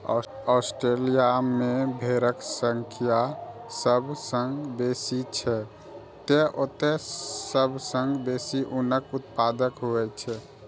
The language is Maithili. ऑस्ट्रेलिया मे भेड़क संख्या सबसं बेसी छै, तें ओतय सबसं बेसी ऊनक उत्पादन होइ छै